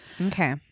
Okay